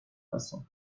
façon